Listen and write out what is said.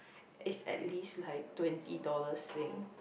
is at least like twenty dollar sing